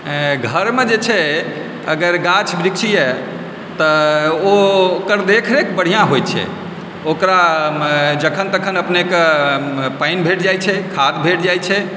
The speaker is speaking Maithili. घरमऽ जे छै अगर गाछ वृक्षए तऽ ओ ओकर देखरेख बढ़िआँ होइत छै ओकरामे जखन तखन अपनेक पानि भेंट जाइत छै खाद भेंट जाइत छै